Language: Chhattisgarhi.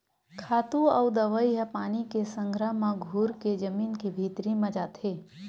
खातू अउ दवई ह पानी के संघरा म घुरके जमीन के भीतरी म जाथे